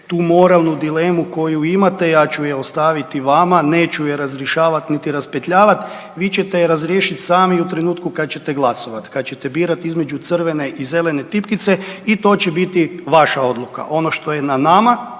Tu moralnu dilemu koju imate, ja ću je ostaviti vama, neću je razrješavati niti raspetljavati, vi ćete je razriješiti sami u trenutku kada ćete glasovati, kada ćete birati između crvene i zelene tipkice i to će biti vaša odluka. Ono što je na nama